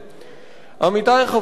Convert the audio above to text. עמיתי חברי הכנסת,